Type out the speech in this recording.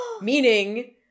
Meaning